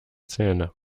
zähne